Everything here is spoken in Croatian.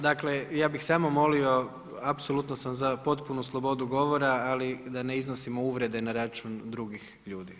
Dakle, ja bih samo molio apsolutno sam za potpunu slobodu govora ali da ne iznosimo uvrede na račun drugih ljudi.